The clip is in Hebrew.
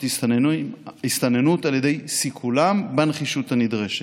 הסתננות על ידי סיכולם בנחישות הנדרשת.